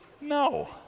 no